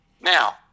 Now